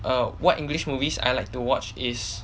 err what english movies I like to watch is